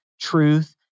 truth